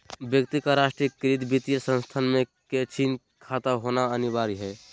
व्यक्ति का राष्ट्रीयकृत वित्तीय संस्थान में चेकिंग खाता होना अनिवार्य हइ